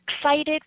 excited